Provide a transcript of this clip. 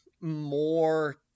more